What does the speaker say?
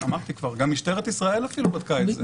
אמרתי כבר, גם משטרת ישראל אפילו בדקה את זה.